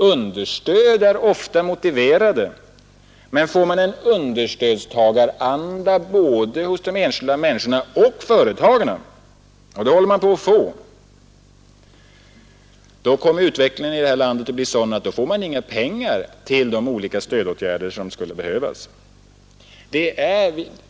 Understöd är ofta motiverade, men får man en understödstagaranda både bland de enskilda människorna och bland företagarna — och det håller man på att få — då kommer utvecklingen i detta land att bli sådan att då får man inga pengar till de olika stödåtgärder som skulle behövas.